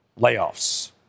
layoffs